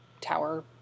tower